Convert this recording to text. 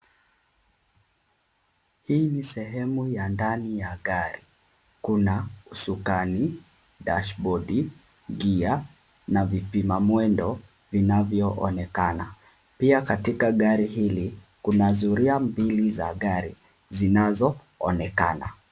Hii ni sehemu ya ndani ya gari. Kuna usukani, dashibodi, gia na vipimamwendo vinavyoonekana. Pia katika gari hili kuna zulia mbili za gari zinazoonekana.